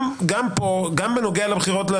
גם בנוגע לבחירות,